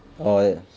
oh yes